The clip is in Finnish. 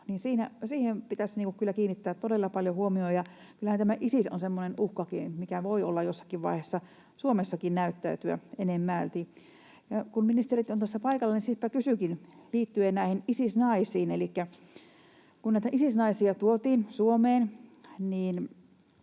siihen pitäisi kyllä kiinnittää todella paljon huomiota, ja kyllähän Isiskin on semmoinen uhka, mikä voi jossakin vaiheessa Suomessakin näyttäytyä enemmälti. Kun ministerit ovat tuossa paikalla, niin siispä kysynkin liittyen näihin Isis-naisiin, että kun näitä Isis-naisia tuotiin Suomeen, niin